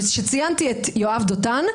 וכשציינתי את יואב דותן,